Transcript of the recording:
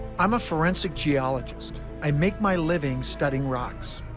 i'm a forensic geologist. i make my living studying rocks.